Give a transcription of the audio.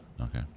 okay